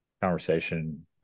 conversation